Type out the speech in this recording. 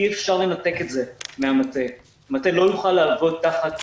אי אפשר לנתק את זה מהמטה, המטה לא יוכל לעבוד תחת